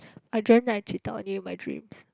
I dreamt that I cheated on you in my dreams